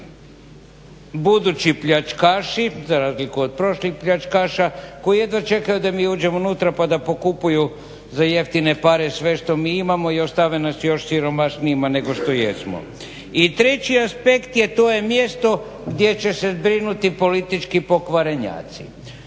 budući pljačkaši za razliku od prošlih pljačkaša koji jedva čekaju da mi uđemo unutra pa da pokupuju za jeftine pare sve što mi imamo i ostave nas još siromašnijima nego što jesmo. I treći aspekt je, to je mjesto gdje će se zbrinuti politički pokvarenjaci.